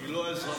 היא לא אזרחית.